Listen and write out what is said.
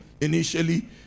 initially